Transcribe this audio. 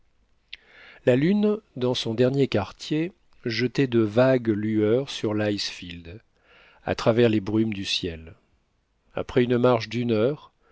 la lune dans son dernier quartier jetait de vagues lueurs sur l'icefield à travers les brumes du ciel après une marche d'une heure